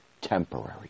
temporary